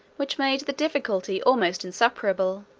which made the difficulty almost insuperable,